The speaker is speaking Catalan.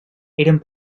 eren